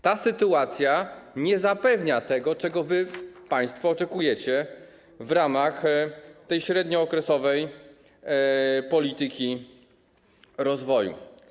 Ta sytuacja nie zapewnia tego, czego państwo oczekujecie w ramach tej średniookresowej polityki rozwoju.